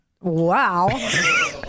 wow